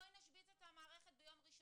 בואי נשבית את המערכת ביום ראשון.